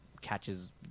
catches